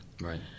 Right